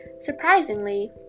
Surprisingly